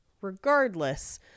regardless